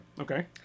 Okay